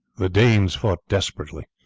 the danes fought desperately.